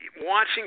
watching